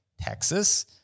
Texas